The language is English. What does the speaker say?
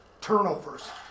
Turnovers